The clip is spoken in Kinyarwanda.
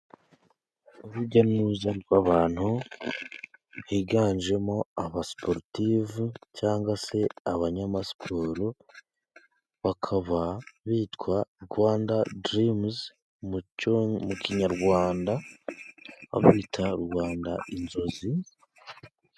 Urujya n'uruza rw'abantu biganjemo aba siporutifu, cyangwa se abanyamasiporo bakaba bitwa Rwanda dirimuzi. Mu Kinyarwanda babita Rwanda inzozi.